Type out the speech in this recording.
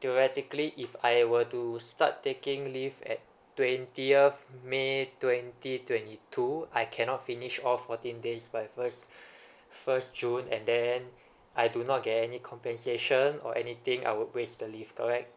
theoretically if I were to start taking leave at twentieth may twenty twenty two I cannot finish of fourteen days by first first june and then I do not get any compensation or anything I would waste the leave correct